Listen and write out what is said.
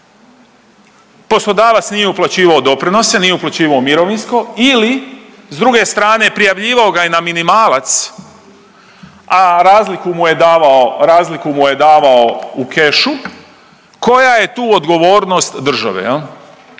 poslodavac nije uplaćivao doprinose, nije uplaćivao mirovinsko ili s druge strane prijavljivao ga je na minimalac, a razliku mu je davao u kešu. Koja je tu odgovornost države? Ja